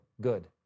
good